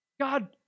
God